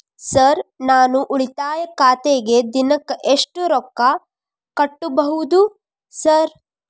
Sir ನಾನು ಉಳಿತಾಯ ಖಾತೆಗೆ ದಿನಕ್ಕ ಎಷ್ಟು ರೊಕ್ಕಾ ಕಟ್ಟುಬಹುದು ಸರ್?